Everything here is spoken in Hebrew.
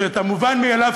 שאת המובן מאליו,